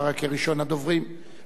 אחריו, חבר הכנסת דב חנין.